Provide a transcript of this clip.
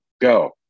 Go